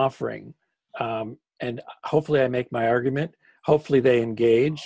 offering and hopefully i make my argument hopefully they engage